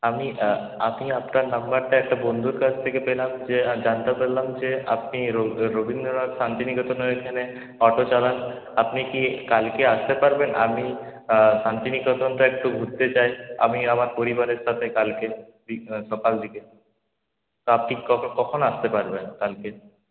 আমি আমি আপনার নাম্বারটা একটা বন্ধুর কাছ থেকে পেলাম যে জানতে পারলাম যে আপনি রবীন্দ্রনাথ শান্তিনিকেতনের এখানে অটো চালান আপনি কি কালকে আসতে পারবেন আমি শান্তিনিকেতনটা একটু ঘুরতে চাই আমি আমার পরিবারের সাথে কালকে সকালদিকে তা আপনি কখন আসতে পারবেন কালকে